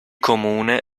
comune